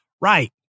Right